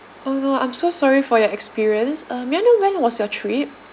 oh no I'm so sorry for your experience uh may I know when was your trip